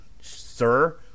Sir